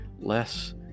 less